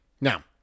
Now